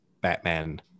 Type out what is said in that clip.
batman